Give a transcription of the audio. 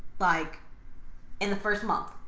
like in the first month.